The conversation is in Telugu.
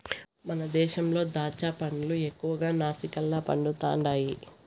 మన దేశంలో దాచ్చా పండ్లు ఎక్కువగా నాసిక్ల పండుతండాయి